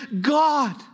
God